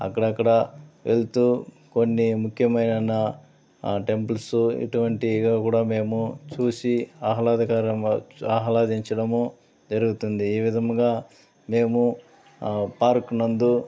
అక్కడక్కడ వెళ్తూ కొన్ని ముఖ్యమైన నా టెంపుల్సు ఇటువంటిగా కూడా మేము చూసి ఆహ్లాదకరం వచ్ ఆహ్లాదించడము జరుగుతుంది ఈ విధముగా మేము పార్కు నందు